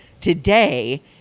today